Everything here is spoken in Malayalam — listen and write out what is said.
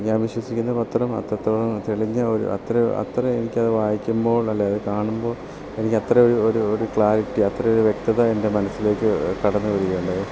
ഞാൻ വിശ്വസിക്കുന്ന പത്രം അത്രത്തോളം തെളിഞ്ഞ ഒരു അത്ര അത്ര എനിക്കത് വായിക്കുമ്പോൾ അല്ലെൽ അത് കാണുമ്പോൾ എനിക്ക് അത്ര ഒരു ഒരു ഒരു ക്ലാരിറ്റി അത്ര ഒരു വ്യക്തത എൻ്റെ മനസ്സിലേക്ക് കടന്ന് വരികയുണ്ടായി